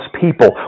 people